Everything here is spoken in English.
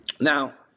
Now